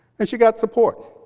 and she got support.